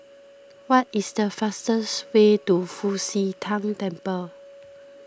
what is the fastest way to Fu Xi Tang Temple